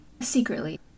Secretly